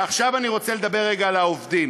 עכשיו אני רוצה לדבר רגע על העובדים,